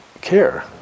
care